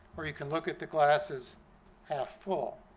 or you can look at the glass as half full.